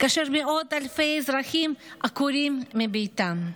כאשר מאות אלפי אזרחים עקורים מביתם,